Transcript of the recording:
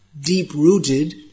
deep-rooted